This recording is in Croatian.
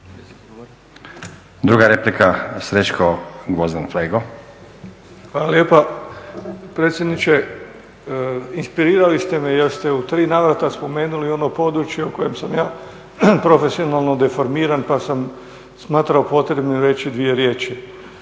Gvozden Srećko (SDP)** Hvala lijepa predsjedniče. Inspirirali ste me jer ste u tri navrata spomenuli ono područje o kojem sam ja profesionalno deformiran pa sam smatrao potrebnim reći dvije riječi.